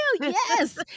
yes